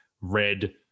red